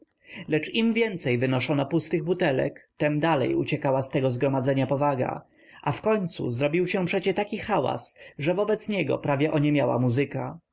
lecz im więcej wynoszono pustych butelek tem dalej uciekała z tego zgromadzenia powaga a wkońcu zrobił się przecie taki hałas że wobec niego prawie oniemiała muzyka